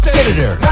Senator